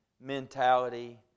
mentality